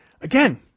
Again